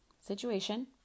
situation